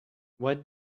what